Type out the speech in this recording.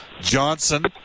Johnson